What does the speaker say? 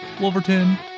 Wolverton